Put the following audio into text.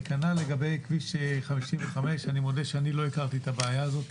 וכנ"ל לגבי כביש 55. אני מודה שאני לא הכרתי את הבעיה הזאת